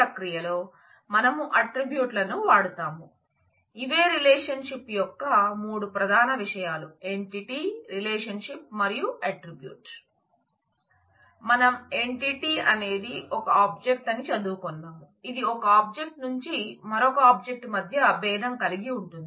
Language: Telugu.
ప్రతి ఎంటిటీ మనం ఎంటిటీ అనేది ఒక ఆబ్జెక్ట్ అని చదువుకున్నాం ఇది ఒక ఆబ్జెక్ట్ నుంచి మరొక ఆబ్జెక్ట్ మధ్య బేదం కలిగి ఉంటుంది